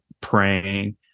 praying